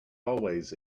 always